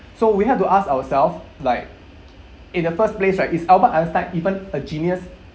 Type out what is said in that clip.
so we have to ask ourselves like in the first place right is albert einstein even a genius